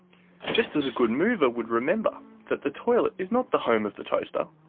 just as a good mover would remember that the toilet is not the home of the toaster,